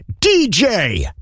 DJ